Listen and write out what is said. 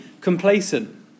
complacent